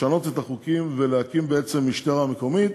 לשנות את החוקים ולהקים בעצם משטרה מקומית,